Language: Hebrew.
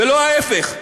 ולא ההפך.